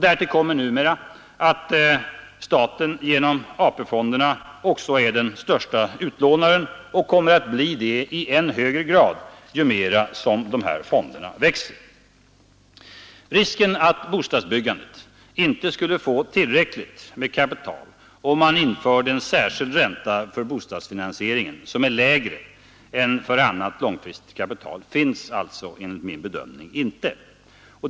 Därtill kommer numera att staten genom AP-fonderna är den största utlånaren och kommer att bli det i än högre grad ju mera fonderna växer. Risken att bostadsbyggandet inte skulle få tillräckligt med kapital om man införde en särskild ränta för bostadsfinansieringen, som är lägre än för annat långfristigt kapital, finns alltså enligt min bedömning inte.